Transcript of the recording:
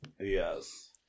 yes